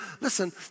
listen